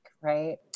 right